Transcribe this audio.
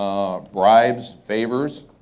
bribes, favors,